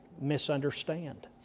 misunderstand